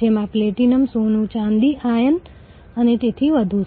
તમે બધું સારી રીતે કર્યું છે તો થોડો વધારો થશે